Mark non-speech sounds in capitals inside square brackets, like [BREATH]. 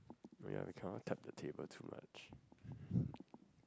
oh yeah we cannot tap the table too much [BREATH]